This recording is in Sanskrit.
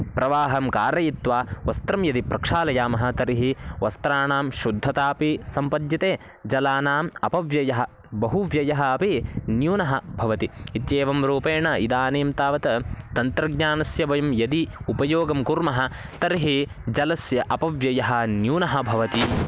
प्रवाहं कारयित्वा वस्त्रं यदि प्रक्षालयामः तर्हि वस्त्राणां शुद्धतापि सम्पद्यते जलानाम् अपव्ययः बहु व्ययः अपि न्यूनः भवति इत्येवं रूपेण इदानीं तावत् तन्त्रज्ञानस्य वयं यदि उपयोगं कुर्मः तर्हि जलस्य अपव्ययः न्यूनः भवति